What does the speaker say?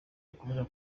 akomeje